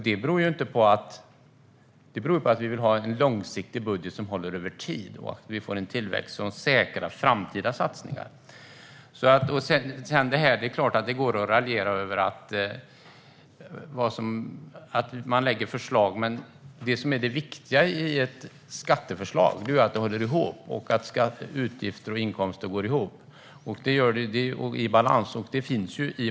Det beror på att vi vill ha en långsiktig budget som håller över tid så att vi får tillväxt som säkrar framtida satsningar. Det är klart att det går att raljera över att man lägger fram förslag. Men det viktiga med ett skatteförslag är att det håller ihop, att utgifter och inkomster går ihop och är i balans.